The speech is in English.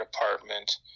Department